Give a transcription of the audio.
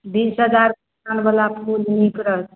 बीस हजार कान बलाके खूब नीक रहतै